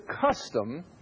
custom